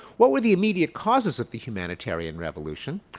what were the immediate causes of the humanitarian revolution?